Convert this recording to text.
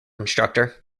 instructor